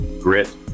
grit